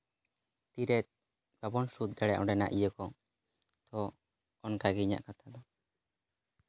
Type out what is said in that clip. ᱛᱤ ᱨᱮ ᱵᱟᱵᱚᱱ ᱥᱩᱫᱷ ᱫᱟᱲᱮᱭᱟᱜ ᱚᱸᱰᱮᱱᱟᱜ ᱤᱭᱟᱹ ᱠᱚ ᱛᱚ ᱚᱱᱠᱟᱜᱮ ᱤᱧᱟᱹᱜ ᱠᱟᱛᱷᱟ ᱫᱚ